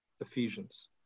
Ephesians